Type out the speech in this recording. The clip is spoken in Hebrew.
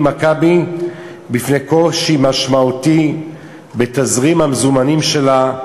"מכבי" בפני קושי משמעותי בתזרים המזומנים שלה,